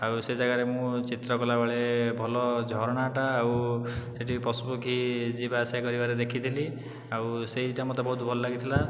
ଆଉ ସେ ଜାଗାରେ ମୁଁ ଚିତ୍ର କଲାବେଳେ ଭଲ ଝରଣାଟା ଆଉ ସେଠି ପଶୁପକ୍ଷୀ ଯିବାଆସିବା କରିବାର ଦେଖିଥିଲି ଆଉ ସେଇଟା ମତେ ବହୁତ ଭଲ ଲାଗିଥିଲା